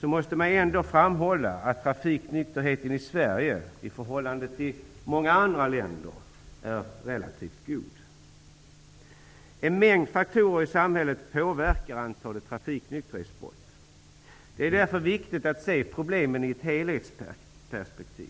måste man ändå framhålla att trafiknykterheten i Sverige i förhållande till många andra länder är relativt god. En mängd faktorer i samhället påverkar antalet trafiknykterhetsbrott. Det är därför viktigt att se problemen i ett helhetsperspektiv.